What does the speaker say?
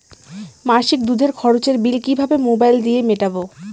মাসিক দুধের খরচের বিল কিভাবে মোবাইল দিয়ে মেটাব?